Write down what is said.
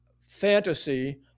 fantasy